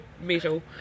metal